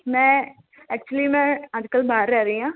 ਮੈਂ ਐਕਚੁਲੀ ਮੈਂ ਅੱਜ ਕੱਲ੍ਹ ਬਾਹਰ ਰਹਿ ਰਹੀ ਹਾਂ